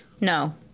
No